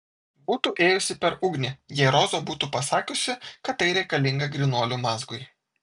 būtų ėjusi per ugnį jei roza būtų pasakiusi kad tai reikalinga grynuolių mazgui